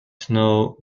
snow